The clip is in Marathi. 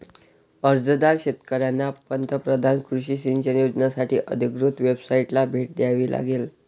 अर्जदार शेतकऱ्यांना पंतप्रधान कृषी सिंचन योजनासाठी अधिकृत वेबसाइटला भेट द्यावी लागेल